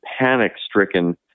panic-stricken